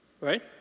right